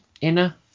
Inner